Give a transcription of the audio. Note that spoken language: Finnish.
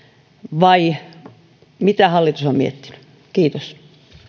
vai mitä hallitus on miettinyt kiitos